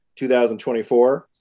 2024